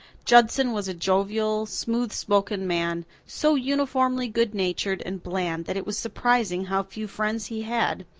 judson was a jovial, smooth-spoken man, so uniformly goodnatured and bland that it was surprising how few friends he had.